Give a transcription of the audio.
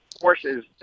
horses